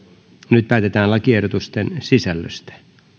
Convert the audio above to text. nyt päätetään lakiehdotusten sisällöstä